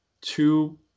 Two